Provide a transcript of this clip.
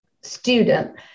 student